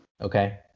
Okay